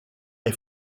est